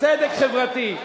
צדק חברתי.